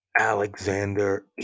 Alexander